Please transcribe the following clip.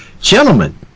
Gentlemen